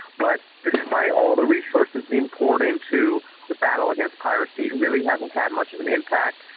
but despite all the resources being poured into the battle against piracy, it really hasn't had much of an impact,